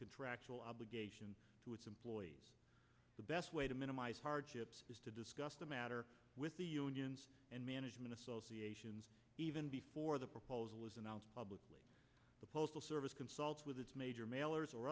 contractual obligations to its employees the best way to minimize hardships is to discuss the matter with the unions and management associations even before the proposal is announced publicly the postal service consults with its major mailers or